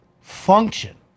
function